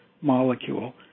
molecule